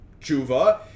Chuva